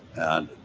and